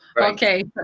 okay